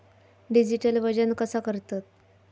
Digital वजन कसा करतत?